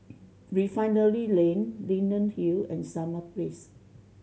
Refinery Lane Leyden Hill and Summer Place